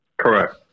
Correct